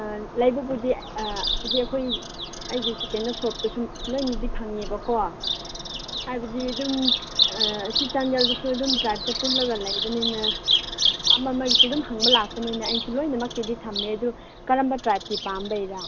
ꯑꯥ ꯂꯩꯕꯕꯨꯗꯤ ꯑꯥ ꯑꯁꯤ ꯑꯩꯈꯣꯏ ꯑꯩꯒꯤ ꯀꯩꯅꯣ ꯁꯣꯞꯇꯁꯨ ꯂꯣꯏꯅꯗꯤ ꯐꯪꯉꯦꯕꯀꯣ ꯍꯥꯏꯕꯗꯤ ꯑꯗꯨꯝ ꯁꯤ ꯆꯥꯟꯗꯦꯜꯗꯁꯨ ꯑꯗꯨꯝ ꯇ꯭ꯔꯥꯏꯕꯁꯦ ꯄꯨꯜꯂꯒ ꯂꯩꯕꯅꯤꯅ ꯑꯃ ꯃꯩꯁꯨ ꯑꯗꯨꯝ ꯍꯪꯕ ꯂꯥꯛꯄꯅꯤꯅ ꯑꯩꯅꯁꯨ ꯂꯣꯏꯅꯃꯛꯀꯤꯗꯤ ꯊꯝꯃꯦ ꯑꯗꯨ ꯀꯔꯝꯕ ꯇ꯭ꯔꯥꯏꯕꯀꯤ ꯄꯥꯝꯕꯩꯔꯥ